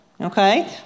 okay